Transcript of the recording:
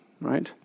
Right